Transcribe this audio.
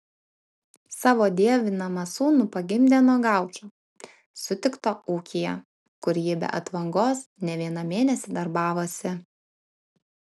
savo dievinamą sūnų pagimdė nuo gaučo sutikto ūkyje kur ji be atvangos ne vieną mėnesį darbavosi